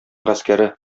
гаскәре